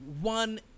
one